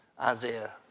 Isaiah